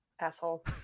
Asshole